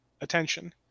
attention